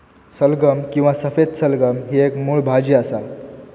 सलगम किंवा सफेद सलगम ही एक मुळ भाजी असा